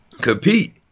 compete